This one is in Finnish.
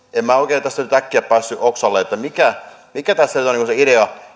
tässä nyt äkkiä päässyt hoksalle että mikä tässä nyt on se idea